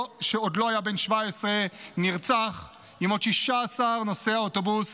שעוד לא היה בן 17, נרצח עם עוד 16 נוסעי האוטובוס